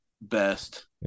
best